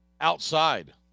outside